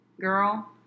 Girl